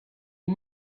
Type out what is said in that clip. you